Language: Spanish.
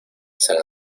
san